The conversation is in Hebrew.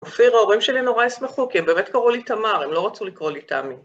אופיר, ההורים שלי נורא ישמחו כי הם באמת קראו לי תמר, הם לא רצו לקרוא לי תמי.